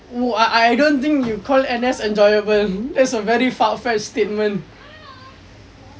well I I don't think he'll call N_S enjoyable that's a very far fetch statement